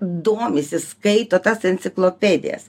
domisi skaito tas enciklopedijas